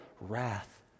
wrath